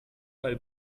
bei